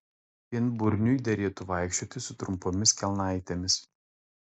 pienburniui derėtų vaikščioti su trumpomis kelnaitėmis